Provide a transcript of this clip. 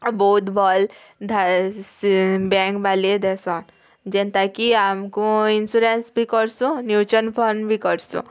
ଆଉ ବୋହୁତ୍ ଭଲ୍ ବ୍ୟାଙ୍କ୍ ବାଲେ ଦେସନ୍ ଯେନ୍ତା କି ଆମକୁ ଇନସୁରାନ୍ସ୍ ବି କରୁସୁଁ ମ୍ୟୁଚୁୟାଲ୍ ଫଣ୍ଡ୍ ବି କରସୁଁ